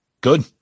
Good